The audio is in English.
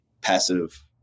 passive